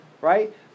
right